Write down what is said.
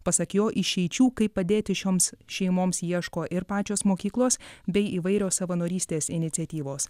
pasak jo išeičių kaip padėti šioms šeimoms ieško ir pačios mokyklos bei įvairios savanorystės iniciatyvos